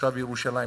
כתושב ירושלים,